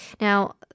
Now